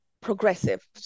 progressive